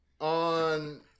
on